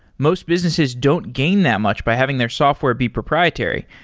most businesses don't gain that much by having their software be proprietary.